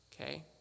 okay